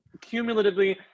cumulatively